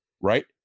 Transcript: right